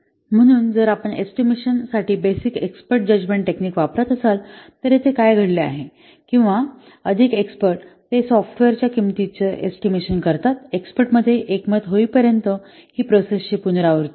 म्हणून जर आपण एस्टिमेशन साठी बेसीक एक्स्पर्ट जजमेंट टेक्निक वापरत असाल तर येथे काय घडले आहे एक किंवा अधिक एक्स्पर्ट ते सॉफ्टवेअरच्या किंमतीचा एस्टिमेशन करतात एक्स्पर्टमध्ये एकमत होईपर्यंत ही प्रोसेस ची पुनरावृत्ती होते